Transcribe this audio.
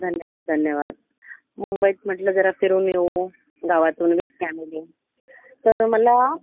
धन्यवाद धन्यवाद मुंबईत म्हटलं जरा फिरून येऊ गावातून विथ फॅमिली तर मला